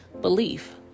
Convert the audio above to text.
belief